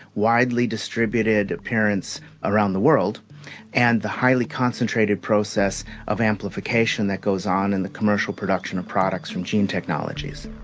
widely distributed appearance around the world and the highly concentrated process of amplification that goes on in the commercial production of products from gene technologies.